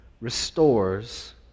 restores